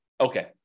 Okay